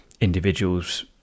individuals